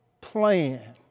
plan